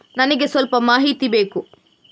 ನನಿಗೆ ಸ್ವಲ್ಪ ಮಾಹಿತಿ ಬೇಕು